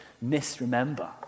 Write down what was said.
misremember